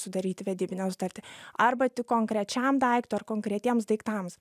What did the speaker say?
sudaryt vedybinę sutartį arba tik konkrečiam daiktui ar konkretiems daiktams